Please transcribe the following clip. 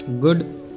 good